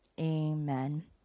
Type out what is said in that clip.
Amen